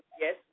Yes